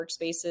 workspaces